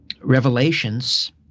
revelations